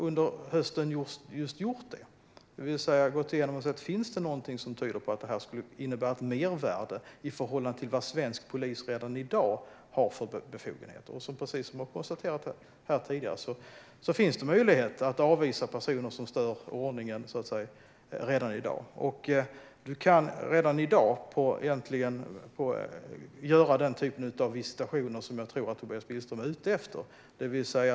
Under hösten har vi gått igenom detta för att se: Finns det någonting som tyder på att detta skulle innebära ett mervärde i förhållande till vad svensk polis redan i dag har för befogenheter? Precis som har konstaterats tidigare finns det redan i dag möjligheter att avvisa personer som stör ordningen. Man kan redan i dag egentligen göra den typ av visitationer som jag tror att Tobias Billström är ute efter.